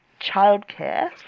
childcare